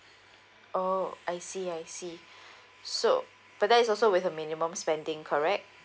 oh I see I see so but that is also with a minimum spending correct